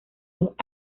dos